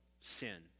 sin